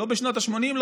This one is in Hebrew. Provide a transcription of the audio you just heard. לא בשנות השמונים,